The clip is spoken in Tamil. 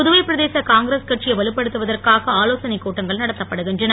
புதுவை பிரதேச காங்கிரஸ் கட்சியை வலுப்படுத்துவதற்காக ஆலோசனை கூட்டங்கள் நடத்தப்படுகின்றன